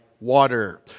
water